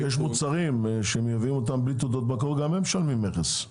יש מוצרים שמייבאים אותם בלי תעודות מקור וגם הם משלמים מכס.